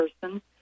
person